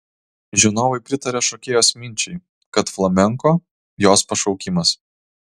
žinovai pritaria šokėjos minčiai kad flamenko jos pašaukimas